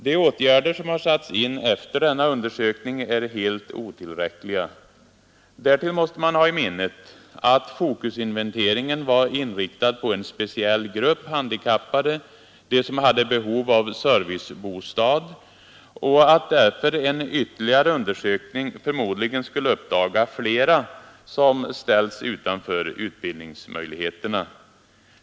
De åtgärder som satts in efter denna undersökning är helt otillräckliga. Därtill måste man ha i minnet att Focusinventeringen var inriktad på en speciell grupp handikappade — de som hade behov av servicebostad — och att därför en ytterligare undersökning förmodligen skulle uppdaga flera som ställts utanför utbildningsmöjligheterna.